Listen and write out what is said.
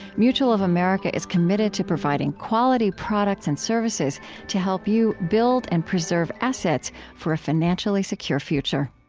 mutual of america is committed to providing quality products and services to help you build and preserve assets for a financially secure future